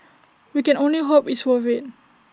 we can only hope it's worth IT